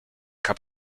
cup